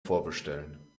vorbestellen